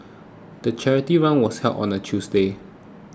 the charity run was held on a Tuesday